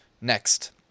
Next